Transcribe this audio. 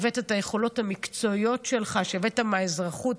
הבאת את היכולות המקצועיות שלך שהבאת מהאזרחות,